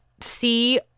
see